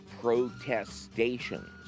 protestations